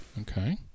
Okay